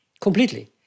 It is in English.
completely